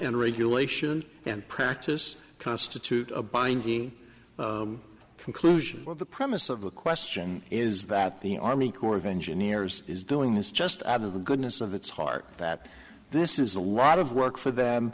and regulation and practice constitute a binding conclusion or the premise of the question is that the army corps of engineers is doing is just out of the goodness of its heart that this is a lot of work for them